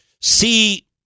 see